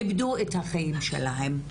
איבדו את החיים שלהם,